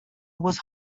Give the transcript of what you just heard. was